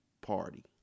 party